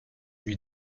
lui